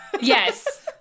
Yes